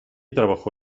trabajó